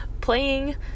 Playing